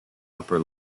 upper